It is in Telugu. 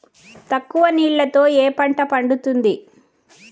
తక్కువ నీళ్లతో ఏ పంట పండుతుంది?